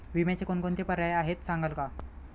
विम्याचे कोणकोणते पर्याय आहेत सांगाल का?